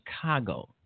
chicago